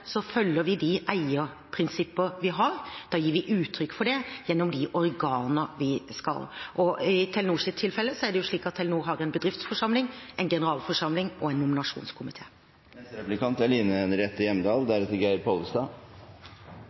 følger vi de eierprinsippene vi har, og gir uttrykk for det gjennom de organene vi skal. I Telenors tilfelle er det slik at Telenor har en bedriftsforsamling, en generalforsamling og en